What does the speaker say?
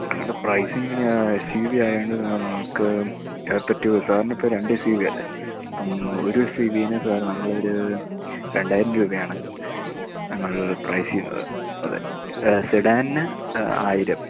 ഞങ്ങളുടെ pricing S U V ആയതുകൊണ്ട് sir നമുക്ക് സാറിനിപ്പോള് രണ്ട് എസ് യു വി അല്ലേ അപ്പം ഒരു എസ് യു വിയിന് സാർ ഞങ്ങളൊരു രണ്ടായിരം രൂപയാണ് ഞങ്ങൾ പ്രൈസ് ചെയ്യുന്നത് അതെ സെഡാനിന് ആയിരം